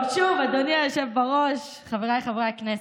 טוב, שוב, אדוני היושב בראש, חבריי חברי הכנסת,